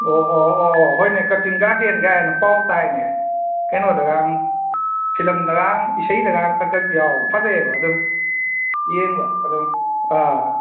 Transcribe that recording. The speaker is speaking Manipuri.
ꯑꯣ ꯑꯣ ꯑꯣ ꯑꯣ ꯍꯣꯏꯅꯦ ꯀꯛꯆꯤꯡ ꯒꯥꯔꯗꯦꯟ ꯀꯥꯏꯅ ꯄꯥꯎ ꯇꯥꯏꯅꯦ ꯀꯩꯅꯣꯗꯒꯥꯡ ꯐꯤꯂꯝꯗꯒꯥꯡ ꯏꯁꯩꯗꯒꯥꯡ ꯈ꯭ꯔꯛ ꯈ꯭ꯔꯛ ꯌꯥꯎꯕ ꯐꯖꯩꯑꯕ ꯑꯗꯨꯝ ꯌꯦꯡꯕ ꯑꯗꯨꯝ ꯑꯥ